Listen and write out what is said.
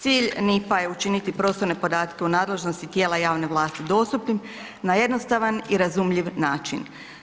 Cilj NIPP-a je učiniti prostorne podatke u nadležnosti tijela javne vlasti dostupnim na jednostavan i razumljiv način.